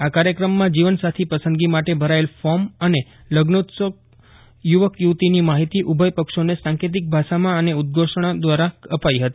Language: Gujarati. આ કાર્યક્રમમાં જીવનસાથી પસંદગી માટે ભરાચેલ ફોર્મ અને લઝ્નોત્સુક યુવક યુવતિની માહિતી ઉભયપક્ષોને સાંકેતિક ભાષામાં અને ઉદ્દઘોષણ દ્વારા અપાઇ હતી